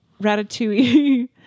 Ratatouille